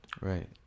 right